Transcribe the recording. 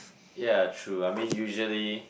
ya true I mean usually